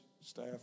staff